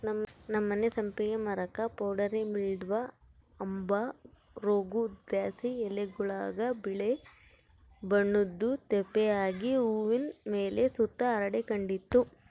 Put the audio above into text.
ನಮ್ಮನೆ ಸಂಪಿಗೆ ಮರುಕ್ಕ ಪೌಡರಿ ಮಿಲ್ಡ್ವ ಅಂಬ ರೋಗುದ್ಲಾಸಿ ಎಲೆಗುಳಾಗ ಬಿಳೇ ಬಣ್ಣುದ್ ತೇಪೆ ಆಗಿ ಹೂವಿನ್ ಮೇಲೆ ಸುತ ಹರಡಿಕಂಡಿತ್ತು